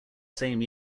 same